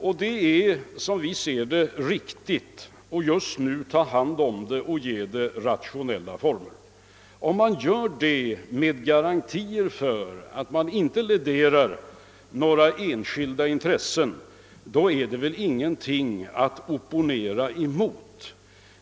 Vi anser det därför riktigt att nu ta hand om verksamheten och ge den rationella former. Om man gör det med garantier för att man inte läderar några enskilda intressen är det väl ingenting att opponera mot.